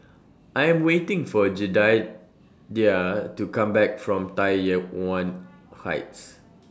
I Am waiting For Jedidiah to Come Back from Tai Yuan Heights